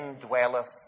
dwelleth